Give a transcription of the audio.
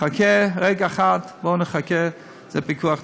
חכה רגע אחד, בואו נחכה, זה פיקוח נפש.